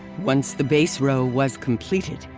once the base row was completed,